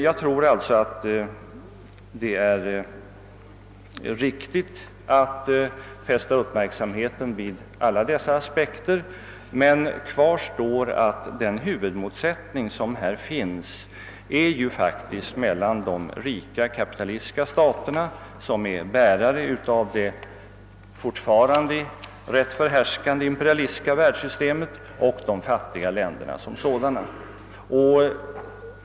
Jag tror alltså att det är riktigt att fästa uppmärksamheten vid alla dessa aspekter, men kvar står att huvudmotsättningen finns mellan de rika kapitalistiska staterna, som är bärare av det imperialistiska världssystemet, och de fattiga länderna som sådana.